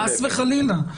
חס וחלילה.